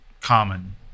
common